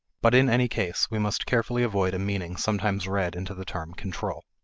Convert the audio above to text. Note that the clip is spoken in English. but in any case, we must carefully avoid a meaning sometimes read into the term control.